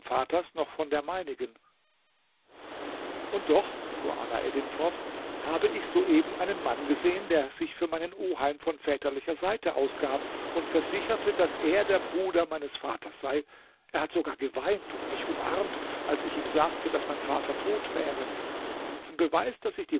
vaters noch von der meinigen und doch fuhr alaeddin fort habe ich soeben einen mann gesehen der sich für meinen oheim von väterlicher seite ausgab und versicherte daß er der bruder meines vaters sei er hat sogar geweint und mich umarmt als ich ihm sagte daß mein vater tot wäre zum beweis daß ich die